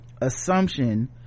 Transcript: assumption